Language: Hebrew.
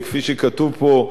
וכפי שכתוב פה,